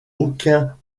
aucun